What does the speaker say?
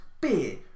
beer